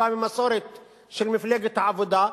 ממסורת של מפלגת העבודה,